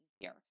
easier